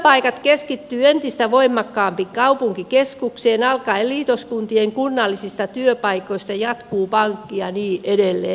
työpaikat keskittyvät entistä voimakkaammin kaupunkikeskukseen alkaen liitoskuntien kunnallisista työpaikoista jatkuen pankkiin ja niin edelleen